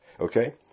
Okay